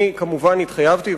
אני כמובן התחייבתי,